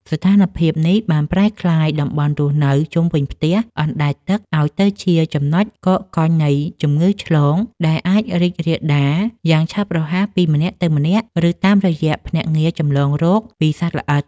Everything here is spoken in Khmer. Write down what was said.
ស្ថានភាពនេះបានប្រែក្លាយតំបន់រស់នៅជុំវិញផ្ទះអណ្ដែតទឹកឱ្យទៅជាចំណុចកកកុញនៃជំងឺឆ្លង ដែលអាចរីករាលដាលយ៉ាងឆាប់រហ័សពីម្នាក់ទៅម្នាក់ ឬតាមរយៈភ្នាក់ងារចម្លងរោគពីសត្វល្អិត។